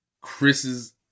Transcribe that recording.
Chris's